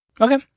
Okay